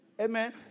Amen